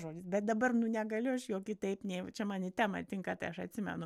žodis bet dabar nu negaliu aš jo kitaip nei čia man į temą tinka tai aš atsimenu